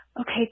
Okay